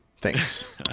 Thanks